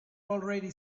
already